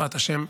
בעזרת השם,